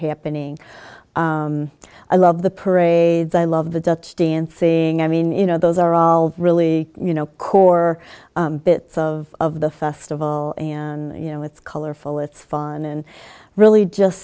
happening i love the parades i love the dutch dancing i mean you know those are all really you know core bits of of the festival and you know with colorful it's fun and really just